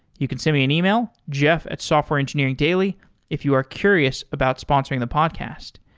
you can send me an email, jeff at softwareengineeringdaily if you are curious about sponsoring the podcast.